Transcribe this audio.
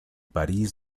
parís